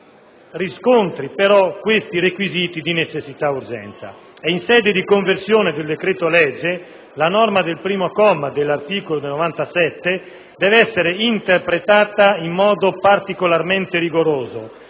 riscontri i suddetti requisiti di necessità e urgenza; in sede di conversione del decreto-legge, la norma del primo comma dell'articolo 77 deve essere interpretata in modo particolarmente rigoroso,